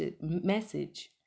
message